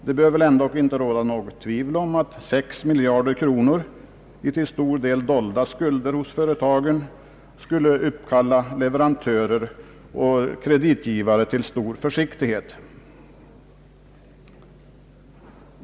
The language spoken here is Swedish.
Det bör väl inte råda något tvivel om att 6 miljarder kronor i till stor del dolda skulder hos företagen skulle uppkalla leverantörer och kreditgivare till stor försiktighet.